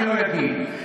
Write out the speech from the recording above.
אני אגיד לך משפט אחד.